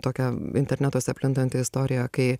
tokia internetuose plintanti istorija kai